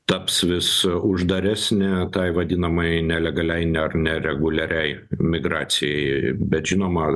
taps vis uždaresnė tai vadinamai nelegaliai ar nereguliariai migracijai bet žinoma